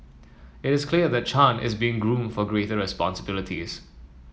it is clear that Chan is being groomed for greater responsibilities